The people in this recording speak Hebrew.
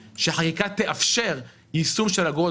אני מניח שישראלה מני רצתה לדבר אנחנו מתואמים